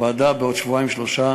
הוועדה מתכנסת בעוד שבועיים-שלושה,